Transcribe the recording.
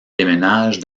déménage